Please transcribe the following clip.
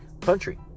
country